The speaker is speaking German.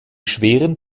schweren